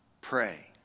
pray